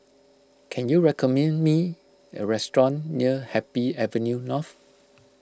can you recommend me a restaurant near Happy Avenue North